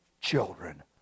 children